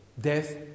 Death